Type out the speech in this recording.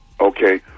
Okay